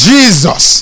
Jesus